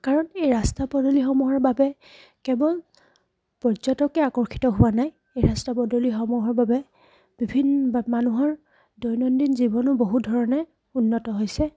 কাৰণ এই ৰাস্তা পদূলিসমূহৰ বাবে কেৱল পৰ্যটকে আকৰ্ষিত হোৱা নাই এই ৰাস্তা পদূলিসমূহৰ বাবে বিভিন্ন মানুহৰ দৈনন্দিন জীৱনো বহু ধৰণে উন্নত হৈছে